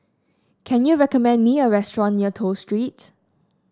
can you recommend me a restaurant near Toh Street